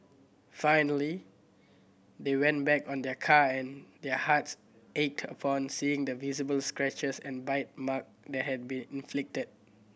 finally they went back on their car and their hearts ached upon seeing the visible scratches and bite mark that had been inflicted